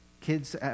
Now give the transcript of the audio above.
kids